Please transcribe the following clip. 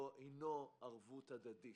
הינו ערבות הדדית.